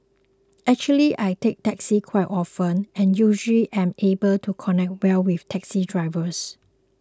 actually I take taxis quite often and usually am able to connect well with taxi drivers